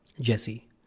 Jesse